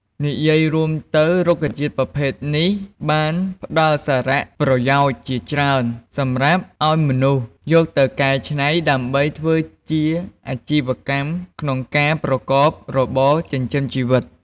និយាយរួមទៅរុក្ខជាតិប្រភេទនេះបានផ្ដល់សារៈប្រយោជន៍ជាច្រើន សម្រាប់ឱ្យមនុស្ស យកទៅកែច្នៃដើម្បីធ្វើជាអាជីវកម្មក្នុងការប្រកបរបរចិញ្ចឹមជីវិត។